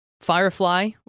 Firefly